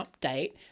update